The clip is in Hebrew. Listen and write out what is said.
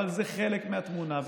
אבל זה חלק מהתמונה.